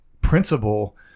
principle